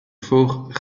fort